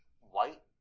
white